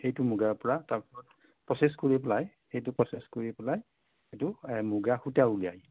সেইটো মুগাৰ পৰা তাৰপৰা প্ৰচেছ কৰি পেলাই সেইটো প্ৰচেছ কৰি পেলাই সেইটো মুগা সূতা উলিয়াই